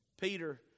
Peter